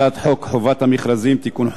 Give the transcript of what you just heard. הצעת חוק חובת המכרזים (תיקון,